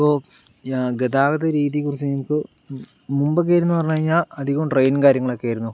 ഇപ്പോൾ ഗതാഗത രീതിയെ കുറിച്ച് ഞങ്ങക്ക് മുമ്പോക്കെന്ന് പറഞ്ഞു കഴിഞ്ഞാൽ അധികവും ട്രെയിനും കാര്യങ്ങളൊക്കെ ആയിരുന്നു